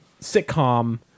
sitcom